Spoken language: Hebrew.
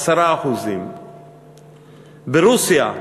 10%. ברוסיה,